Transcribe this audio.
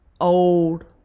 old